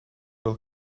will